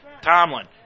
Tomlin